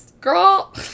girl